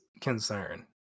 concern